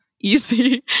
easy